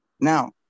Now